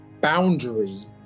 boundary